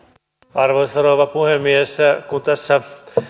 arvoisa rouva puhemies kun tässä